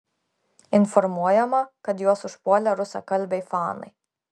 informuojama kad juos užpuolė rusakalbiai fanai